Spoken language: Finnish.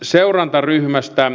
seurantaryhmästä